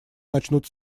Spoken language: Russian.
начнут